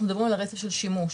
אנחנו מדברים על רצף של שימוש.